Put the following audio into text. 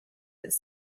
its